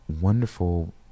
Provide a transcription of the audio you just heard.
wonderful